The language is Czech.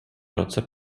roce